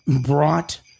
brought